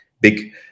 big